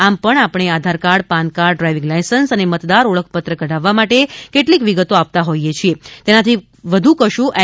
આમપણ આપણે Aadhaar card PAN card driving licence અને મતદાર ઓળખ પત્ર કઢાવવા માટે કેટલીક વિગતો આપતા હોઈએ છીએ તેનાથી વધુ કશું એન